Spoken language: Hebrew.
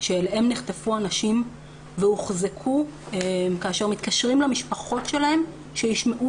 שאליהם נחטפו אנשים והוחזקו כאשר מתקשרים למשפחות שלהם כדי שישמעו